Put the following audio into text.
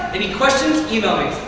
any questions, email me.